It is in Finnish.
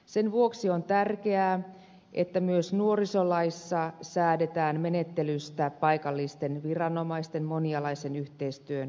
sen vuoksi on tärkeää että myös nuorisolaissa säädetään menettelystä paikallisten viranomaisten monialaisen yhteistyön kehittämiseksi